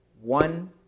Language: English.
one